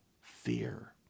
fear